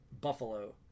buffalo